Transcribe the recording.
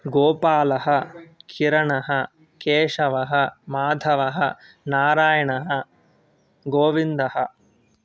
गोपालः किरणः केशवः माधवः नारायणः गोविन्दः